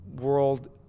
world